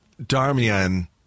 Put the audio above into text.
Darmian